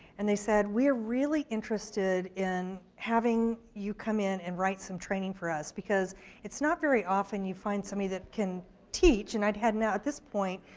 and they said, we're really interested in having you come in and write some training for us, because it's not very often you find somebody that can teach, and i'd had now at this point,